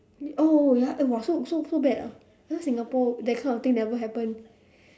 oh ya eh !wah! so so so bad ah because Singapore that kind of thing never happen